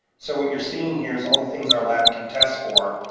so what you're seeing here is all the things our lab can test for,